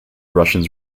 russians